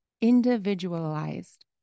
individualized